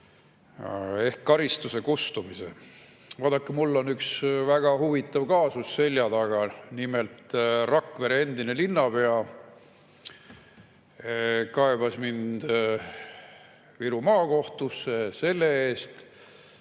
ehk karistuse kustumise. Vaadake, mul on üks väga huvitav kaasus selja taga. Nimelt, Rakvere endine linnapea kaebas mind Viru Maakohtusse selle eest,